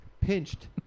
pinched